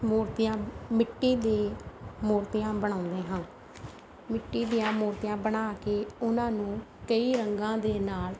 ਮੂਰਤੀਆਂ ਮਿੱਟੀ ਦੀ ਮੂਰਤੀਆਂ ਬਣਾਉਂਦੇ ਹਾਂ ਮਿੱਟੀ ਦੀਆਂ ਮੂਰਤੀਆਂ ਬਣਾ ਕੇ ਉਹਨਾਂ ਨੂੰ ਕਈ ਰੰਗਾਂ ਦੇ ਨਾਲ